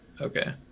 Okay